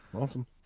Awesome